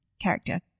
character